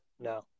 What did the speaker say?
No